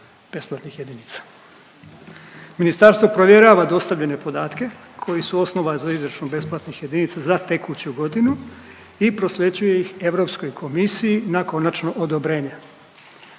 besplatnih jedinica. Ministarstvo provjerava dostavljene podatke koji su osnova za izračun besplatnih jedinica za tekuću godinu i prosljeđuje ih EU komisiji na konačno odobrenja.